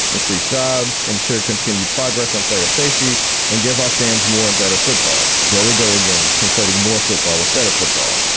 increase jobs and share continued progress on player safety and give our fans more and better football. there they go again, conflating more football with better football.